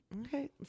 Okay